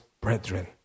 brethren